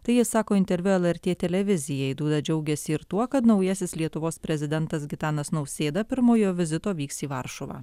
tai jis sako interviu lrt televizijai dūda džiaugiasi ir tuo kad naujasis lietuvos prezidentas gitanas nausėda pirmojo vizito vyks į varšuvą